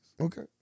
okay